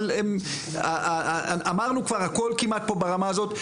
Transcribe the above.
אבל אמרנו כבר הכל כמעט פה ברמה הזאת,